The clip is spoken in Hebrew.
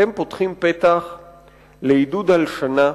אתם פותחים פתח לעידוד הלשנה,